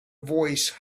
voice